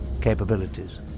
capabilities